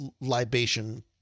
libation